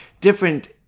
different